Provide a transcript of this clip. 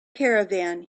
caravan